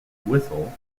whistle